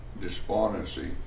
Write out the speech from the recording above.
despondency